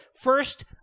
First